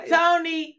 Tony